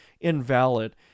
invalid